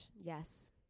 yes